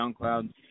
SoundCloud